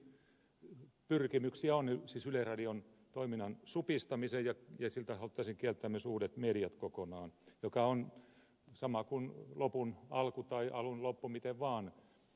tämmöisiäkin pyrkimyksiä on siis yleisradion toiminnan supistamiseen ja siltä haluttaisiin kieltää uudet mediat kokonaan mikä on sama kuin lopun alku tai alun loppu miten vaan